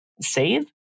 save